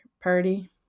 party